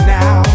now